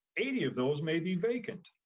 eighty of those may be vacant,